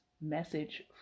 message